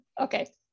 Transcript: Okay